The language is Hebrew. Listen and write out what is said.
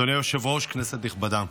אדוני היושב-ראש, כנסת נכבדה,